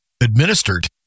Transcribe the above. administered